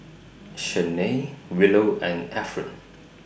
Shanae Willow and Efren